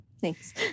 Thanks